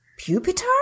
Pupitar